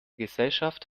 gesellschaft